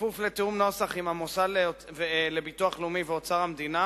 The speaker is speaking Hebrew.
כפוף לתיאום נוסח עם המוסד לביטוח לאומי ועם אוצר המדינה